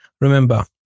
Remember